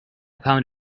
pound